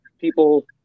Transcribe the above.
people